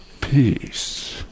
Peace